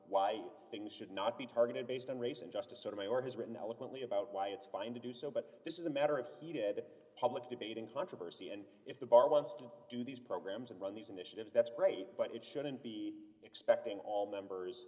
why things should not be targeted based on race and justice sotomayor has written eloquently about why it's fine to do so but this is a matter of heated public debate and controversy and if the bar wants to do these programs and run these initiatives that's great but it shouldn't be expecting all members